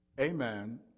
Amen